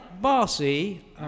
Bossy